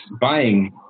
buying